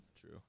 true